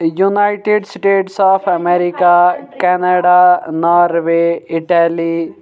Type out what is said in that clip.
United States of America Canada Norway Italy